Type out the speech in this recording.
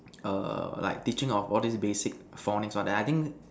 err like teaching of all these basic phonics all that I think